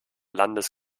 landes